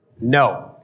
No